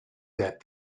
that